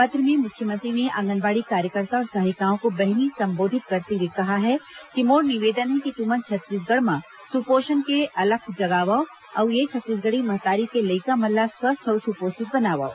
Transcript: पत्र में मुख्यमंत्री ने आंगनबाड़ी कार्यकर्ता और सहायिकाओं को बहिनी संबोधित करते हुए कहा है कि मोर निवेदन हे कि तुमन छत्तीसगढ़ म सुपोषण के अलख जगावव अउ ए छत्तीसगढ़ी महतारी के लइका मन ल स्वस्थ अउ सुपोषित बनावव